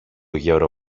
γερο